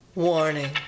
Warning